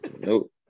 Nope